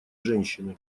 женщины